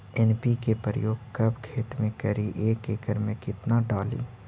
NPK प्रयोग कब खेत मे करि एक एकड़ मे कितना डाली?